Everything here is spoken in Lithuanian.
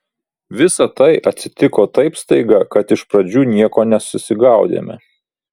visa tai atsitiko taip staiga kad iš pradžių nieko nesusigaudėme